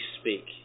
speak